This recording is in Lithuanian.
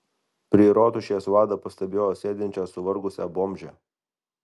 prie rotušės lada pastebėjo sėdinčią suvargusią bomžę